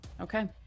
okay